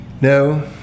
No